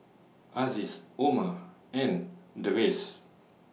Aziz Omar and Deris